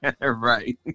Right